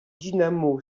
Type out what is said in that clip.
dinamo